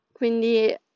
Quindi